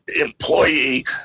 employee